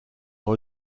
dans